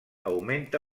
augmenta